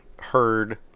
heard